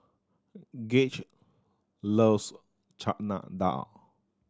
Gage loves Chana Dal